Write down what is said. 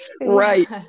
right